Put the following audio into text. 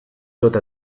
tot